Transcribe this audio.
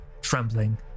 trembling